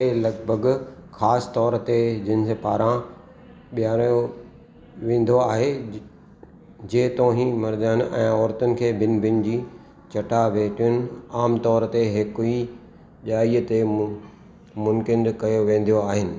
ए लगि॒भगि॒ ख़ासि तौरु ते जिंहिंजे पारां बिहरायो वेंदो आहे जेतोही मर्दनि ऐं औरतुनि खें भिन्न भिन्न जी चटाभेटियुनि आम तौरु ते हिकु ई जाइ ते मुनक़िदु कई वेंदियूं आहिनि